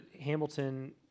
Hamilton